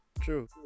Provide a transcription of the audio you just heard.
True